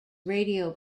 radio